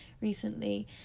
recently